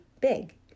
big